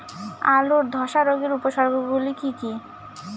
আলুর ধ্বসা রোগের উপসর্গগুলি কি কি?